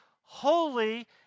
holy